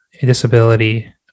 disability